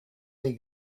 des